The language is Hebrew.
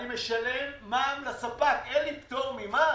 אני משלם מע"מ לספק, אין לי פטור ממע"מ?